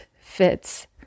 fits